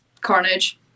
carnage